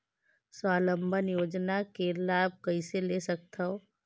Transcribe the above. स्वावलंबन योजना के लाभ कइसे ले सकथव?